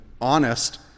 honest